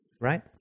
right